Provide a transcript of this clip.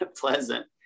pleasant